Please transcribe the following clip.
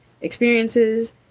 experiences